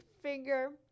finger